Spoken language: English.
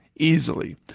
Easily